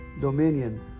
dominion